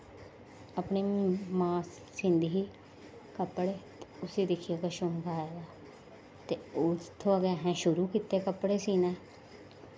अपनी मां सींदी ही कपड़े ते उस्सी दिक्खियै गै शौंक आया ते उत्थुआं दा गै अ'सें शुरू कीते कपड़े सीना